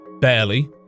barely